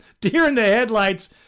deer-in-the-headlights